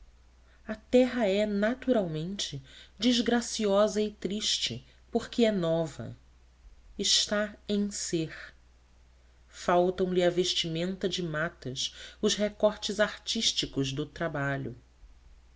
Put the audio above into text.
a terra é naturalmente desgraciosa e triste porque é nova está em ser faltam lhe à vestimenta de matas os recortes artísticos do trabalho